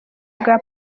bwa